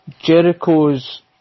Jericho's